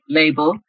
label